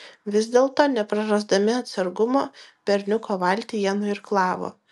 vis dėlto neprarasdami atsargumo berniuko valtį jie nuirklavo